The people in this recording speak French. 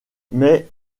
mais